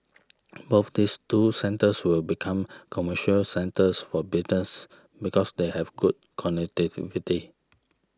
both these two centres will become commercial centres for business because they have good connectivity